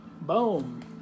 Boom